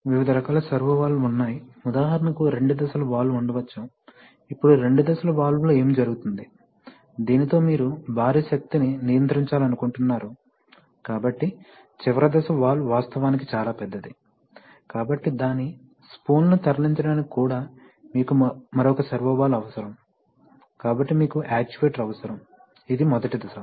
వివిధ రకాల servo valve లు ఉన్నాయి ఉదాహరణకు రెండు దశల వాల్వ్ ఉండవచ్చు ఇప్పుడు రెండు దశల వాల్వ్లో ఏమి జరుగుతుంది దీనితో మీరు భారీ శక్తిని నియంత్రించాలనుకుంటున్నారు కాబట్టి చివరి దశ వాల్వ్ వాస్తవానికి చాలా పెద్దది కాబట్టి దాని స్పూల్ను తరలించడానికి కూడా మీకు మరొక సర్వో వాల్వ్ అవసరం కాబట్టి మీకు యాక్యుయేటర్ అవసరం ఇది మొదటి దశ